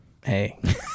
Hey